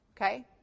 Okay